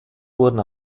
wurden